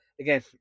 again